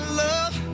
love